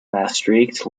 maastricht